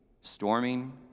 storming